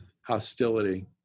hostility